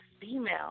female